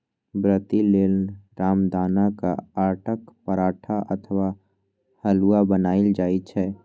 व्रती लेल रामदानाक आटाक पराठा अथवा हलुआ बनाएल जाइ छै